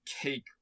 cake